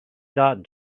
dot